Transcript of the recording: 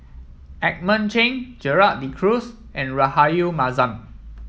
Edmund Cheng Gerald De Cruz and Rahayu Mahzam